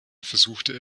versuchte